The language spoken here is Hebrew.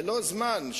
בלא זמן,